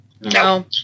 No